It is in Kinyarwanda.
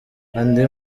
andi